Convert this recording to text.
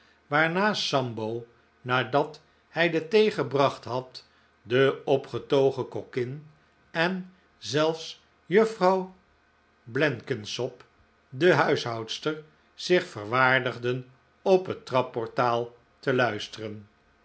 waarnaar sambo nadat hij de thee gebracht had de opgetogen kokkin en zelfs juffrouw blenkinsop de huishoudster zich verwaardigden op het trapportaal te luisteren